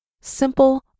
simple